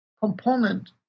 component